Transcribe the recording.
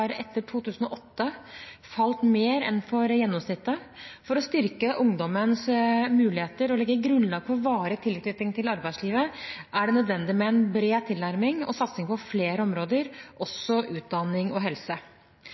etter 2008 falt mer enn for gjennomsnittet. For å styrke ungdommens muligheter og legge grunnlag for varig tilknytning til arbeidslivet er det nødvendig med en bred tilnærming og satsing på flere områder, også utdanning og helse.